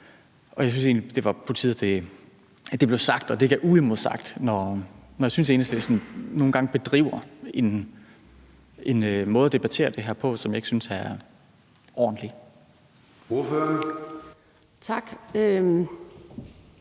Jeg synes egentlig, det var på tide, at det blev sagt, og det ikke er uimodsagt, når Enhedslisten nogle gange bedriver en debat på en måde, som jeg ikke synes er ordentlig.